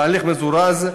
בהליך מזורז,